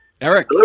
Eric